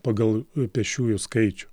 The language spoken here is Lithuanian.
pagal pėsčiųjų skaičių